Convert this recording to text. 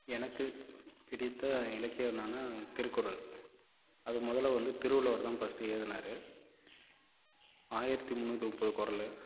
எனக்கு பிடித்த இலக்கியம் என்னான்னா திருக்குறள் அதை மொதலில் வந்து திருவள்ளுவர் தான் ஃபஸ்ட்டு எழுதினாரு ஆயிரத்தி முந்நூற்றி முப்பது குறள்